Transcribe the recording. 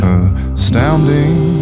astounding